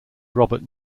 robert